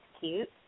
cute